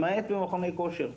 למעט במכוני כושר,